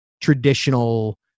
traditional